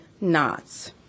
knots